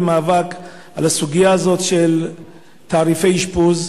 מאבק על הסוגיה הזאת של תעריפי אשפוז.